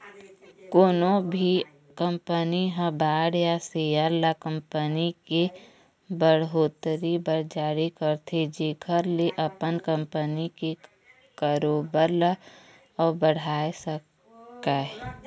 कोनो भी कंपनी ह बांड या सेयर ल कंपनी के बड़होत्तरी बर जारी करथे जेखर ले अपन कंपनी के कारोबार ल अउ बढ़ाय सकय